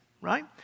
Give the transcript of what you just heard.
Right